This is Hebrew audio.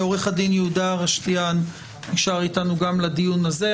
עו"ד יהודה רשתיאן נשאר איתנו גם לדיון הזה.